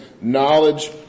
knowledge